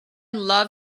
love